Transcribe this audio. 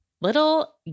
Little